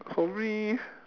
probably